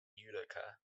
utica